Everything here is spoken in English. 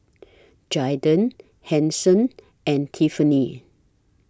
Zaiden Hanson and Tiffani